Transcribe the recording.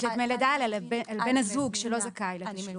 לדמי לידה אלא בן הזוג שלא זכאי לתשלום.